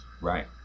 right